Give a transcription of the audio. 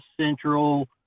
central